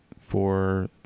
for-